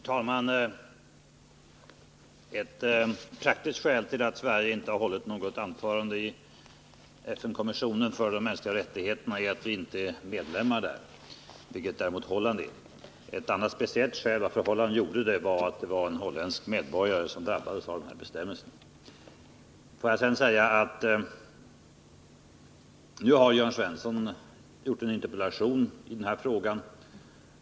Herr talman! Ett praktiskt skäl till att Sverige inte har hållit något anförande i FN-kommissionen för de mänskliga rättigheterna är att vi inte är medlemmar där, vilket däremot Holland är. Ett annat speciellt skäl till att Holland gjorde det, var att det var en holländsk medborgare som drabbades av bestämmelserna. Nu har Jörn Svensson väckt en interpellation i den här frågan.